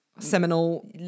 Seminal